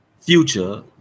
future